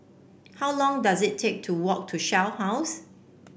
how long does it take to walk to Shell House